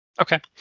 Okay